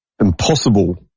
impossible